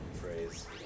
phrase